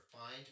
Find